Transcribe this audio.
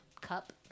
cup